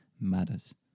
matters